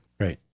Right